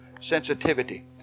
sensitivity